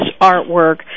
artwork